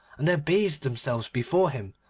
and they abased themselves before him,